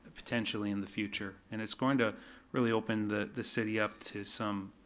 potentially in the future. and it's going to really open the the city up to some